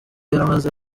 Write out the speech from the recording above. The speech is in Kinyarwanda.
yaramaze